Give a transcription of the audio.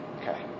Okay